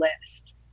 list